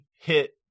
hit